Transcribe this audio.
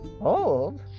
Old